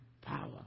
power